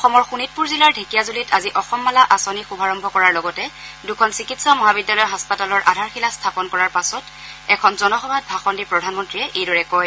অসমৰ শোণিতপুৰ জিলাৰ ঢেকিয়াজলিত আজি অসম মালা আঁচনি শুভাৰম্ভ কৰাৰ লগতে দুখন চিকিৎসা মহাবিদ্যালয় হাস্পাতালৰ আধাৰশিলা স্থাপন কৰাৰ পাছত একন জনসভাত ভাষণ দি প্ৰধানমন্তীয়ে এইদৰে কয়